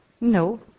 No